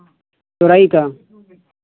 तोरई का